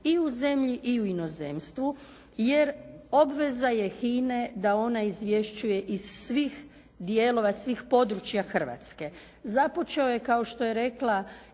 i u zemlji i u inozemstvu jer obveza je HINA-e da ona izvješćuje iz svih dijelova, svih područja Hrvatske. Započeo je kao što je rekla i